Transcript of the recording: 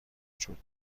وجود